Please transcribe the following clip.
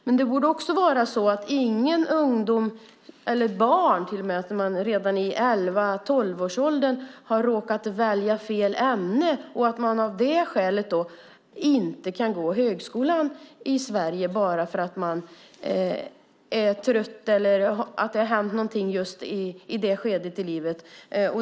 Men det borde också vara så att ingen redan i elva eller tolvårsåldern har råkat välja fel ämne och av det skälet inte kan gå på högskolan i Sverige. Det kan vara bara för att man är trött eller för att det har hänt någonting just i det skedet i livet.